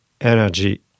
energy